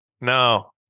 no